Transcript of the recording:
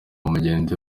mugende